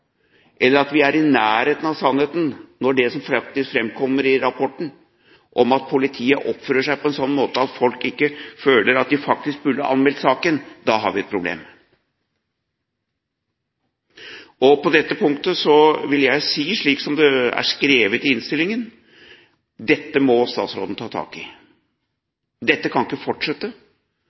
eller at vi er i nærheten av sannheten, som det faktisk framkommer i rapporten, at politiet oppfører seg på en slik måte at folk ikke føler at de faktisk burde anmeldt saken, har vi et problem. På dette punktet vil jeg si, slik som det er skrevet i innstillingen: Dette må statsråden ta tak i. Dette kan ikke fortsette.